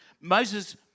Moses